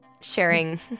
sharing